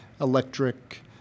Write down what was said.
electric